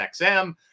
XM